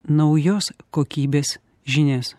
naujos kokybės žinias